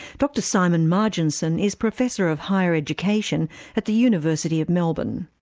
dr simon marginson is professor of higher education at the university of melbourne.